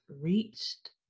reached